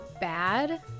bad